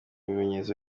bimenyetso